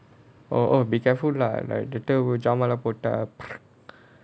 oh oh be careful lah like later